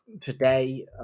today